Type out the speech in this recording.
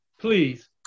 Please